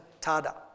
Tada